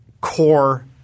core